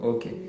Okay।